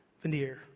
Veneer